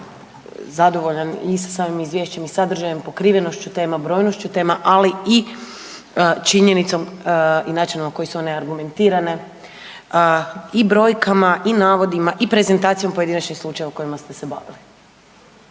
zadovoljan i sa samim izviješćem i sadržajem, pokrivenošću tema, brojnošću tema, ali i činjenicom i načinom na koje su one argumentirane i brojkama i navodima i prezentacijom pojedinačnih slučajeva kojima ste se bavili.